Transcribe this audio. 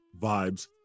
vibes